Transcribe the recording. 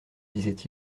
disait